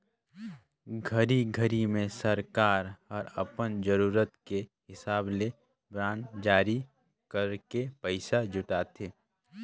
घरी घरी मे सरकार हर अपन जरूरत के हिसाब ले बांड जारी करके पइसा जुटाथे